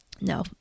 no